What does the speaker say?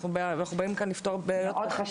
אנחנו באים כאן לפתור בעיות,